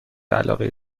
علاقه